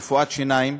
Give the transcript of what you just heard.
ורפואת שיניים,